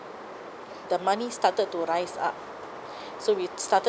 the money started to rise up so we started